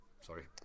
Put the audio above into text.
Sorry